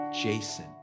Jason